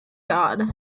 god